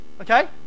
Okay